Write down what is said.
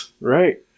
Right